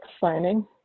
signing